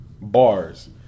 bars